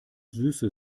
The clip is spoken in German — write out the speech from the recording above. süße